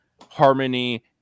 harmony